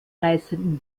reißenden